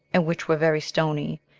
and which were very stony,